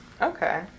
Okay